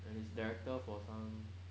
and he is director for some